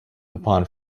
upon